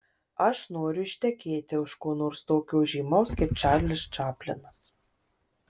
aš noriu ištekėti už ko nors tokio žymaus kaip čarlis čaplinas